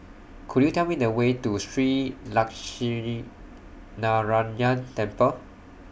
Could YOU Tell Me The Way to Shree Lakshminarayanan Temple